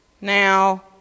Now